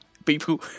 People